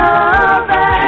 over